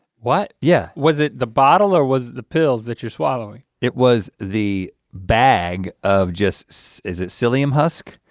what? yeah. was it the bottle or was the pills that you're swallowing? it was the bag of just. so is it psyllium husk?